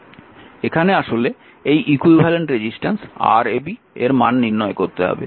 সুতরাং এখানে আসলে এই ইকুইভ্যালেন্ট রেজিস্ট্যান্স Rab এর মান নির্ণয় করতে হবে